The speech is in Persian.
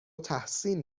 تحسین